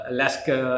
Alaska